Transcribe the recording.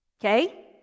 Okay